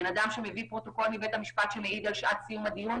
מביא פרוטוקול מבית המשפט שמעיד על שעת יום הדיון